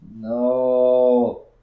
No